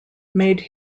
made